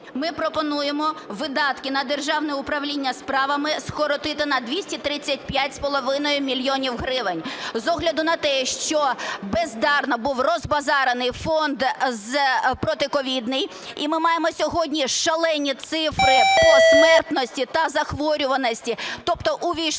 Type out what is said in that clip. Ми пропонуємо видатки на Державне управління справами скоротити на 235,5 мільйона гривень. З огляду на те, що бездарно був розбазарений фонд протиковідний, і ми маємо сьогодні шалені цифри по смертності та захворюваності, тобто увійшли